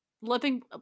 living